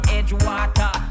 Edgewater